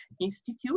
institute